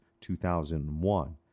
2001